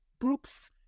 Brooks